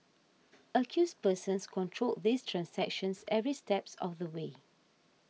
accused persons controlled these transactions every step of the way